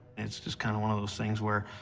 it's just kind of one of those things where,